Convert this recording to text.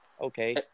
Okay